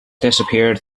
disappeared